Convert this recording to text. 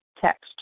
text